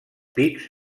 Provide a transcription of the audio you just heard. pics